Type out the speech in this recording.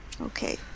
Okay